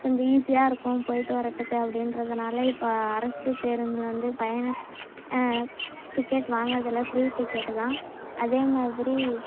கொஞ்சம் ஈசியாக இருக்கும் போய்ட்டு வர்றத்தக்கு அப்படின்றதுனால இப்போ அரசு பேருந்து வந்து பயண டிக்கெட் வாங்குகிறதில்ல ஃபிரீ டிக்கெட்டுதான் அதே மாதிரி